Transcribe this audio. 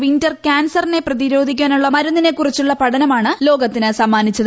winter കാൻസറിനെ പ്രതിരോധിക്കാനുള്ള മരുന്നിനെ കുറിച്ചുള്ള പഠനമാണ് ലോകത്തിന് സമ്മാനിച്ചത്